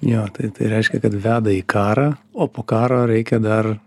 jo tai tai reiškia kad veda į karą o po karo reikia dar